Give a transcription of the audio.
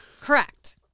Correct